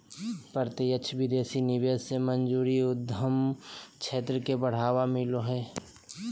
प्रत्यक्ष विदेशी निवेश से मौजूदा उद्यम क्षेत्र के बढ़ावा मिलो हय